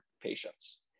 patients